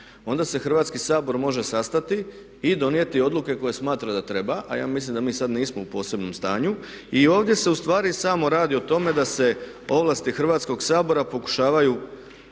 onda se Hrvatski sabor može sastati i donijeti odluke koje smatra da treba a ja mislim da mi sada nismo u posebnom stanju i ovdje se ustavi samo radi o tome da se ovlasti Hrvatskoga sabora pokušavaju